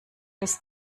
des